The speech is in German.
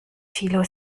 thilo